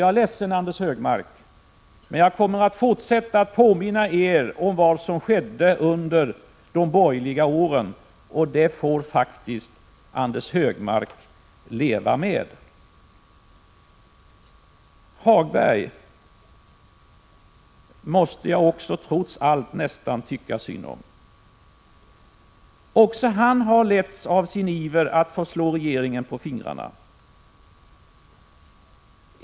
Jag är ledsen, Anders Högmark, men jag kommer att fortsätta att påminna er om vad som skedde under de borgerliga åren. Det får faktiskt Anders Högmark leva med. Lars-Ove Hagberg måste jag också trots allt nästan tycka synd om. Även han har letts av sin iver att få slå regeringen på fingrarna.